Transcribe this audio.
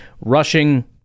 rushing